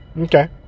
Okay